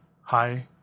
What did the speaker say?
hi